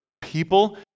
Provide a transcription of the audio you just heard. people